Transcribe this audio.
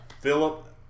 Philip